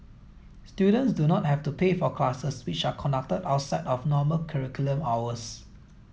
students do not have to pay for the classes which are conducted outside of normal curriculum hours